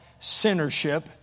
sinnership